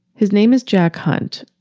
his name is jack hunt.